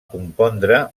compondre